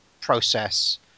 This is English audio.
process